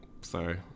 sorry